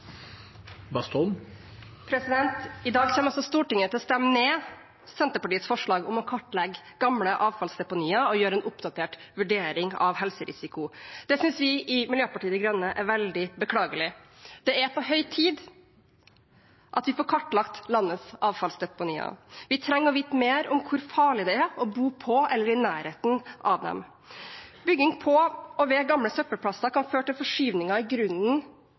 I dag kommer Stortinget til å stemme ned Senterpartiets forslag om å kartlegge gamle avfallsdeponier og gjøre en oppdatert vurdering av helserisiko. Det synes vi i Miljøpartiet De Grønne er veldig beklagelig. Det er på høy tid at vi får kartlagt landets avfallsdeponier. Vi trenger å vite mer om hvor farlig det er å bo på eller i nærheten av dem. Bygging på og ved gamle søppelplasser kan føre til forskyvninger i grunnen,